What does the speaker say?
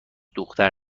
دختر